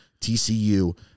TCU